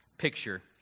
picture